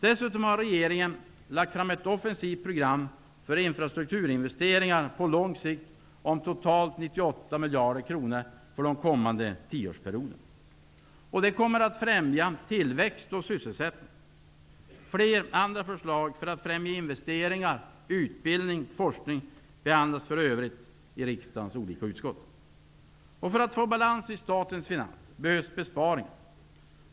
Dessutom har regeringen lagt fram ett offensivt program för infrastrukturinvesteringar på totalt 98 miljarder kronor under den kommande tioårsperioden. Det kommer att främja tillväxt och sysselsättning. Flera andra förslag för att främja investeringar, utbildning och forskning behandlas för närvarande av riksdagens utskott. För att man skall få balans i statens finanser behövs besparingar.